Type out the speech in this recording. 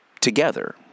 together